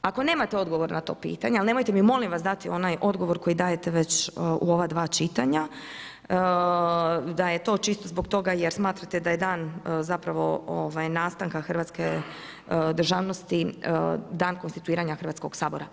Ako nemate odgovor na to pitanje, ali nemojte mi molim vas dati onaj odgovor koji dajte već u ova dva čitanja, da je to čisto zbog toga, jer smatrate da je dan nastanka hrvatske državnosti, dan konstituiranja Hrvatskog sabora.